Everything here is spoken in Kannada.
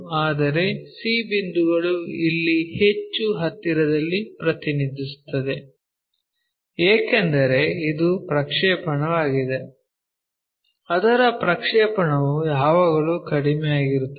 ಆದರೆ c ಬಿಂದುಗಳು ಇಲ್ಲಿ ಹೆಚ್ಚು ಹತ್ತಿರದಲ್ಲಿ ಪ್ರತಿನಿಧಿಸುತ್ತದೆ ಏಕೆಂದರೆ ಇದು ಪ್ರಕ್ಷೇಪಣವಾಗಿದೆ ಅದರ ಪ್ರಕ್ಷೇಪಣವು ಯಾವಾಗಲೂ ಕಡಿಮೆಯಾಗುತ್ತದೆ